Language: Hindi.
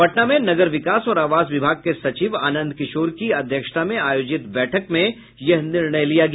पटना में नगर विकास और आवास विभाग के सचिव आनंद किशोर की अध्यक्षता में आयोजित बैठक में यह निर्णय लिया गया